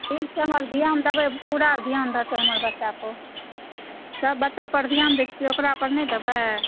ठीक छै हमर ध्यान देबै हमर पूरा ध्यान रहतै हमर बच्चापर सभ बच्चापर ध्यान दैत छियै ओकरापर नहि देबै